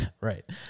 Right